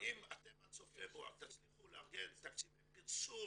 אם אתם עד סוף פברואר תצליחו לארגן תקציבי פרסום,